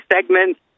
segments